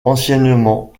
anciennement